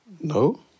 No